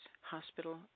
hospital